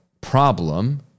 problem